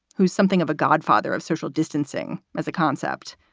who is something of a godfather of social distancing as a concept.